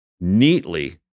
neatly